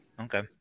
Okay